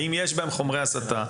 האם יש בהם חומרי הסתה?